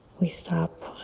we stop